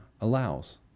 allows